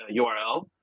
URL